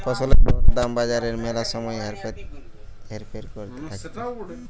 ফসলের দর দাম বাজারে ম্যালা সময় হেরফের করতে থাকতিছে